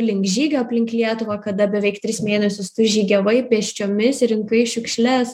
link žygio aplink lietuvą kada beveik tris mėnesius žygiavai pėsčiomis rinkai šiukšles